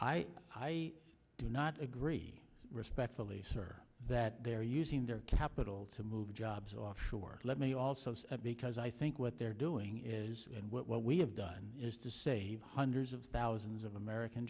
i do not agree respectfully sir that they're using their capital to move jobs offshore let me also say because i think what they're doing is and what we have done is to save hundreds of thousands of american